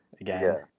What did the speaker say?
again